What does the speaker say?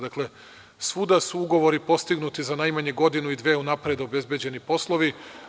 Dakle, svuda su ugovori postignuti, za najmanje godinu i dve unapred obezbeđeni poslovi.